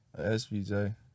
SVJ